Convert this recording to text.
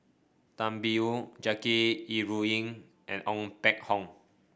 Tan Biyun Jackie Yi Ru Ying and Ong Peng Hock